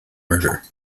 murder